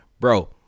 Bro